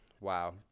Wow